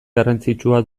garrantzitsua